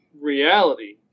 reality